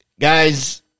guys